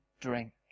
drink